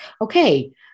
okay